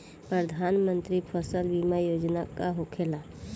प्रधानमंत्री फसल बीमा योजना का होखेला?